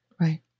Right